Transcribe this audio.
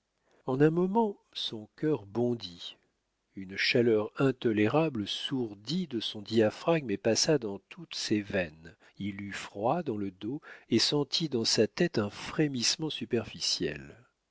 en un moment son cœur bondit une chaleur intolérable sourdit de son diaphragme et passa dans toutes ses veines il eut froid dans le dos et sentit dans sa tête un frémissement superficiel